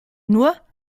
nur